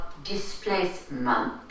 Displacement